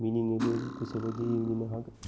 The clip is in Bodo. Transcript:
मिनिनोबो गोसोबायदि मोननो हागोन